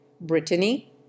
Brittany